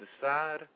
decide